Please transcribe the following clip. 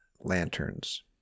Lanterns